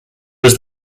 was